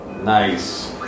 Nice